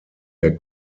der